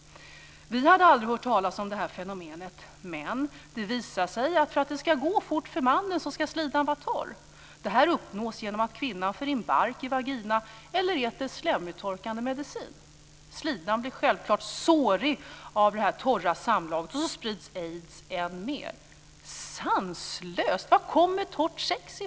Vi hade aldrig hört talas om det här fenomenet. Men det visade sig att för att det ska gå fort för mannen ska slidan vara torr. Det uppnås genom att kvinnan för in bark i vagina eller äter slemuttorkande medicin. Slidan blir självklart sårig av detta torra samlag och så sprids aids ännu mer. Sanslöst! Varifrån kommer torrt sex?